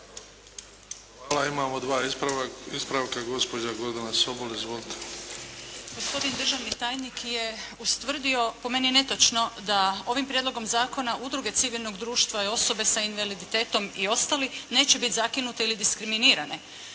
Hvala. Imamo dva ispravka. Gospođa Gordana Sobol. Izvolite. **Sobol, Gordana (SDP)** Gospodin državni tajnik je ustvrdio po meni netočno da ovim prijedlogom zakona udruge civilnog društva i osobe sa invaliditetom i ostali neće biti zakinute ili diskriminirane.